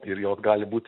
ir jos gali būti